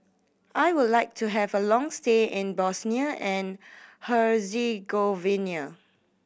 I would like to have a long stay in Bosnia and Herzegovina